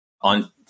on